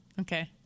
Okay